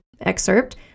excerpt